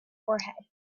forehead